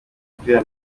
umupira